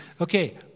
Okay